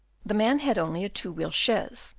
the man had only a two-wheel chaise,